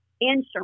insurance